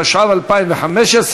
התשע"ו 2015,